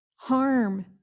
harm